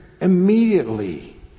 Immediately